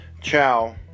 Ciao